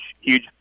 huge